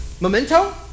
Memento